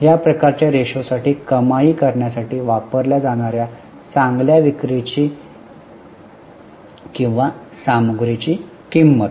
या प्रकारच्या रेशोसाठी कमाई करण्यासाठी वापरल्या जाणार्या चांगल्या विक्रीची किंवा सामग्रीची किंमत